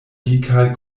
dikaj